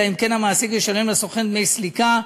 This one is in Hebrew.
אלא אם כן המעסיק ישלם לסוכן דמי סליקה,